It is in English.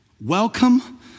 Welcome